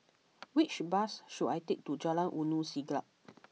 which bus should I take to Jalan Ulu Siglap